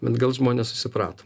bet gal žmonės susiprato